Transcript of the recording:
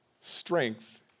strength